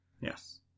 Yes